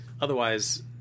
otherwise